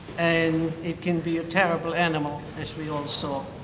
and it can be a terrible animal as we all saw.